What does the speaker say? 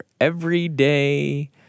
everyday